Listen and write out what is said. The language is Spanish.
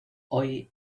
hoy